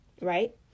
Right